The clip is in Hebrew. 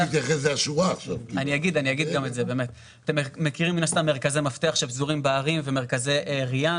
אתם מכירים מן הסתם מרכזי מפתח שפזורים בערים ומרכזי ריאן